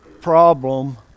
problem